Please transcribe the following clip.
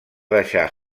deixar